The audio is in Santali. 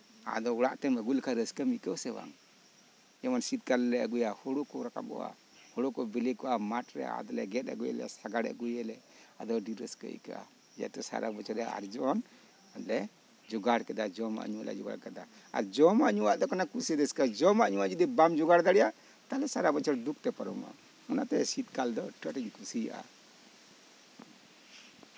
ᱟᱫᱚ ᱚᱲᱟᱜᱛᱮᱢ ᱟᱹᱜᱩ ᱞᱮᱠᱷᱟᱱ ᱨᱟᱹᱥᱠᱟᱹᱢ ᱟᱭᱠᱟᱹᱣ ᱟᱥᱮ ᱵᱟᱝ ᱡᱮᱢᱚᱱ ᱥᱤᱛᱠᱟᱞ ᱞᱮ ᱟᱹᱜᱩᱭᱟ ᱦᱩᱲᱩ ᱠᱚ ᱨᱟᱠᱟᱵᱚᱜᱼᱟ ᱦᱩᱲᱩ ᱠᱚ ᱵᱤᱞᱤ ᱠᱚᱜᱼᱟ ᱢᱟᱴᱷᱨᱮ ᱟᱨ ᱜᱮᱛ ᱟᱹᱜᱩᱭᱟᱞᱮ ᱥᱟᱸᱜᱟᱲ ᱟᱹᱜᱩᱭᱟᱞᱮ ᱟᱫᱚ ᱟᱹᱰᱤ ᱨᱟᱹᱥᱠᱟᱹ ᱟᱹᱭᱠᱟᱹᱜᱼᱟ ᱡᱟᱛᱮ ᱥᱟᱨᱟᱵᱚᱪᱷᱚᱨ ᱨᱮᱭᱟᱜ ᱟᱨᱡᱟᱣᱟᱱ ᱡᱳᱜᱟᱲ ᱠᱮᱫᱟ ᱡᱚᱢᱟᱜ ᱧᱩᱣᱟᱜ ᱞᱮ ᱡᱳᱜᱟᱲ ᱠᱮᱫᱟ ᱟᱨ ᱡᱚᱢᱟᱜ ᱧᱩᱣᱟᱜ ᱫᱚ ᱠᱟᱱᱟ ᱡᱚᱢᱟᱜ ᱡᱚᱫᱤ ᱵᱟᱢ ᱡᱳᱜᱟᱲ ᱫᱟᱲᱮᱭᱟᱜᱼᱟ ᱛᱟᱦᱞᱮ ᱥᱟᱨᱟ ᱵᱚᱪᱷᱚᱨ ᱫᱩᱠ ᱜᱮ ᱯᱟᱨᱚᱢᱚᱜᱼᱟ ᱚᱱᱟᱛᱮ ᱥᱤᱛᱠᱟᱞ ᱫᱚ ᱟᱹᱰᱤ ᱟᱸᱴᱤᱧ ᱠᱩᱥᱤᱭᱟᱜᱼᱟ